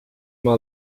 uma